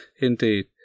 indeed